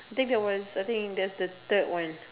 I think that was I think that was the third one